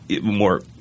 more